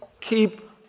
keep